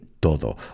todo